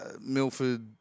Milford